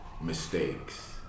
mistakes